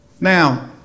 Now